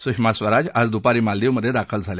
सुषमा स्वराज आज दुपारी मालदीवमधे दाखल झाल्या